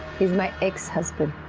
he's my ex-husband.